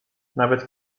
nawet